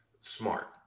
Smart